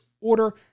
order